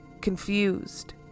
confused